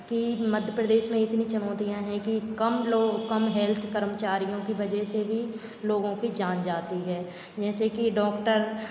कि मध्य प्रदेश में इतनी चुनौतियाँ हैं कि कम लोग कम हेल्थ कर्मचारियों की वजह से भी लोगों की जान जाती है जैसे कि डॉक्टर